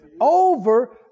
Over